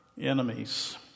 enemies